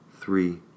three